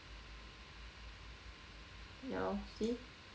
ya lor see